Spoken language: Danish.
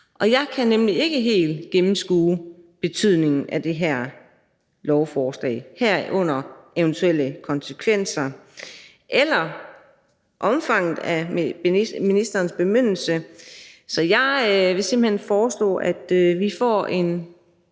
Jeg kan nemlig ikke helt gennemskue betydningen af det her lovforslag, herunder eventuelle konsekvenser eller omfanget af ministerens bemyndigelse. Så jeg vil simpelt hen foreslå, at vi får en